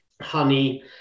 honey